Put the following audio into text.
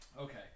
okay